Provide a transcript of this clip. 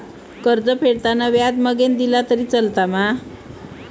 कर्ज फेडताना व्याज मगेन दिला तरी चलात मा?